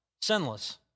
sinless